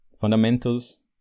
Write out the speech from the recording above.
Fundamentals